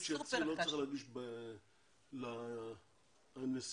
לא צריך להגיש בקשות לנשיאות.